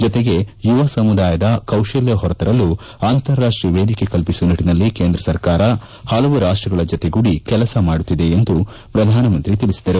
ಜತೆಗೆ ಯುವ ಸಮುದಾಯದ ಕೌಶಲ್ಲ ಹೊರತರಲು ಅಂತಾರಾಷ್ಷೀಯ ವೇದಿಕೆ ಕಲ್ಪಿಸುವ ನಿಟ್ಟಿನಲ್ಲಿ ಕೇಂದ್ರ ಸರ್ಕಾರ ಪಲವು ರಾಷ್ಷಗಳ ಜತೆಗೂಡಿ ಕೆಲಸ ಮಾಡುತ್ತಿದೆ ಎಂದು ಪ್ರಧಾನಮಂತ್ರಿ ತಿಳಿಸಿದರು